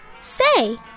Say